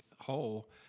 hole